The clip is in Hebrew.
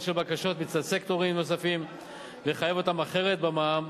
של בקשות מצד סקטורים נוספים לחייב אותם אחרת במס ערך